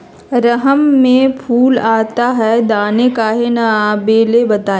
रहर मे फूल आता हैं दने काहे न आबेले बताई?